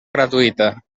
gratuïta